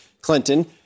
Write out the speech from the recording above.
Clinton